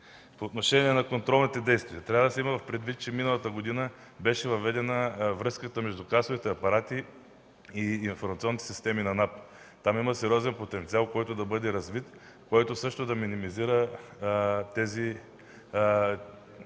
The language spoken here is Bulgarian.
По отношение на контролните действия, трябва да се има предвид, че миналата година беше въведена връзката между касовите апарати и информационните системи на НАП. Там има сериозен потенциал, който, ако бъде доразвит, ще минимизира тези